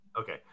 Okay